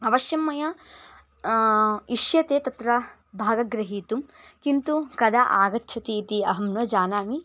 अवश्यं मया इष्यते तत्र भागं ग्रहीतुं किन्तु कदा आगच्छति इति अहं न जानामि